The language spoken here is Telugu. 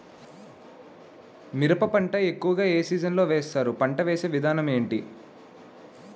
మిరప పంట ఎక్కువుగా ఏ సీజన్ లో వేస్తారు? పంట వేసే విధానం ఎంటి?